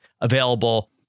available